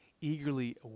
eagerly